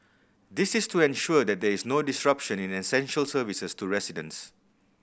this is to ensure that there is no disruption in essential services to residents